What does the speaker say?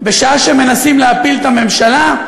בשעה שמנסים להפיל את הממשלה,